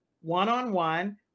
one-on-one